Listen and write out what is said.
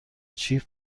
چیپ